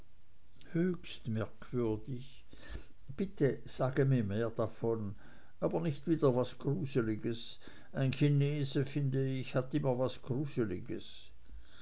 höchst merkwürdig bitte sag mir mehr davon aber nicht wieder was gruseliges ein chinese find ich hat immer was gruseliges